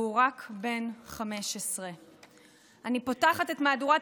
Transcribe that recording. והוא רק בן 15. אני פותחת את מהדורת